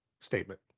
statement